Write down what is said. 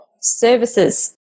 services